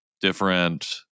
different